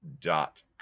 dot